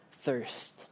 thirst